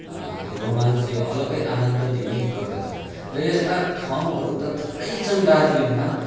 त्यो रोमान्स या अलग्गै आनन्द दिनेगर्दछ र यस्ता ठाउँहरू त थुप्रै छन् दार्जिलिङमा